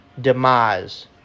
demise